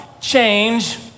change